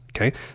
Okay